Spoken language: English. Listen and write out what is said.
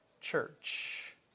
church